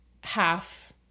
half